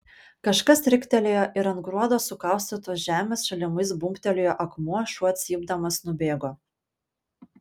kažkas riktelėjo ir ant gruodo sukaustytos žemės šalimais bumbtelėjo akmuo šuo cypdamas nubėgo